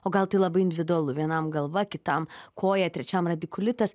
o gal tai labai individualu vienam galva kitam koją trečiam radikulitas